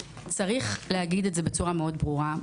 צריך להגיד את זה בצורה מאוד ברורה.